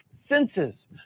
Senses